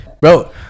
bro